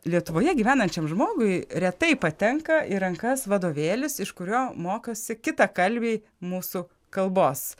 lietuvoje gyvenančiam žmogui retai patenka į rankas vadovėlis iš kurio mokosi kitakalbiai mūsų kalbos